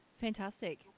Fantastic